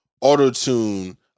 Auto-tune